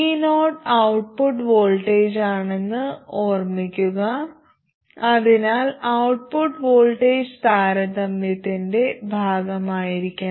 vo output വോൾട്ടേജാണെന്ന് ഓർമ്മിക്കുക അതിനാൽ ഔട്ട്പുട്ട് വോൾട്ടേജ് താരതമ്യത്തിന്റെ ഭാഗമായിരിക്കണം